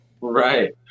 Right